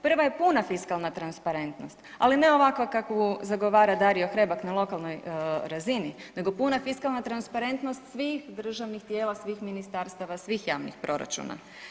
Prva je puna fiskalna transparentnost, ali ne ovakva kakvu zagovara Dario Hrebak na lokalnoj razini, nego puna fiskalna transparentnost svih državnih tijela, svih ministarstava, svih javnih proračuna.